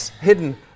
hidden